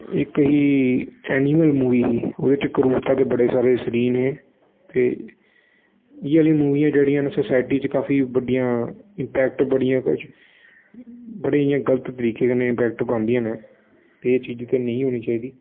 इक ही animal movie ही ओह्दे च क्रूरता दे बड़े सारे सीन हे ते इ'यै आह्लियां मूवियां जेह्ड़ियां सोसाइटी च काफी बड्डियां इंपैक्ट बड़ियां बड़ियां इ'यां गलत तरीके कन्नै इंपेक्ट पांदियां ने ते एह् चीज ते नेईं होनी चाहिदी